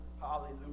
Hallelujah